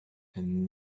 and